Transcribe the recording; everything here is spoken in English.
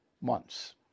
months